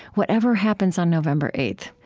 whatever happens on november eight.